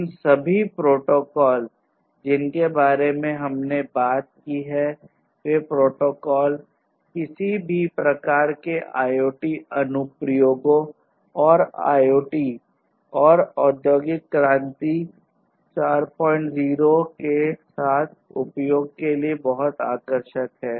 इन सभी प्रोटोकॉल जिनके बारे में हमने बात की है वे प्रोटोकॉल किसी भी प्रकार के IoT अनुप्रयोगों और IoT और औद्योगिक क्रांति 40 के साथ उपयोग के लिए बहुत आकर्षक हैं